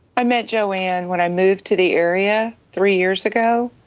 i met joanne when i moved to the area three years ago.